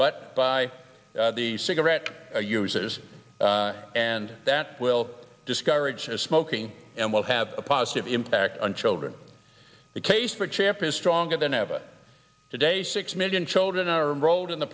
but by the cigarette users and that will discourage smoking and will have a positive impact on children the case for traffic is stronger than ever today six million children are enrolled in the